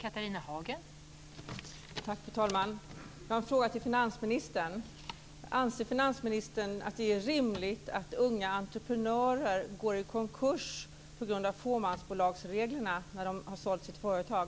Fru talman! Jag har en fråga till finansministern. Anser finansministern att det är rimligt att unga entreprenörer går i konkurs på grund av fåmansbolagsreglerna när de har sålt sina företag?